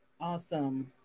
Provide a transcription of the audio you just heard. Awesome